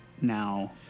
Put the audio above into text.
now